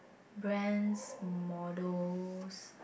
brands models